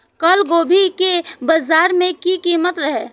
कल गोभी के बाजार में की कीमत रहे?